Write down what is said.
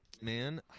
Man